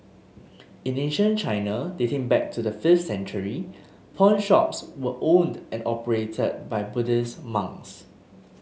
in ancient China dating back to the fifth century pawnshops were owned and operated by Buddhist monks